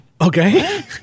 Okay